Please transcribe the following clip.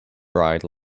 bride